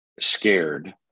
scared